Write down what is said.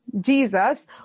Jesus